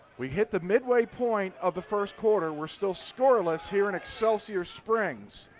we hit the midway point of the first quarter. we are still scoreless here in excelsior springs.